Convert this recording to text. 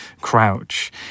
crouch